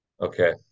Okay